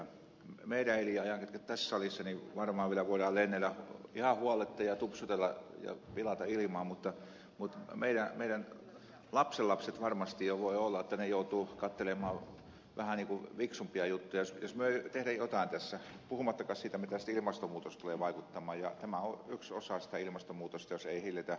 meidän elinaikanamme ketkä tässä salissa nyt olemme varmaan vielä voimme lennellä ihan huoletta ja tupsutella ja pilata ilmaa mutta meidän lapsenlapsemme varmasti jo voivat joutua katselemaan vähän fiksumpia juttuja jos me emme tee jotain tässä puhumattakaan siitä mitä sitten ilmastonmuutos tulee vaikuttamaan ja tämä on yksi osa sitä ilmastonmuutosta jos ei hillitä lentoliikennettä